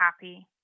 happy